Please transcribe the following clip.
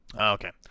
Okay